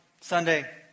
Sunday